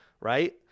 right